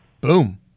Boom